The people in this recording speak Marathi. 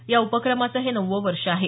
या उपक्रमाचं हे नववं वर्ष आहे